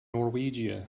norwegia